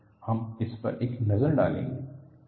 हम इस पर एक नजर डालेंगे